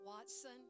Watson